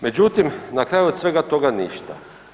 Međutim na kraju od svega toga ništa.